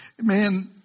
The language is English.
man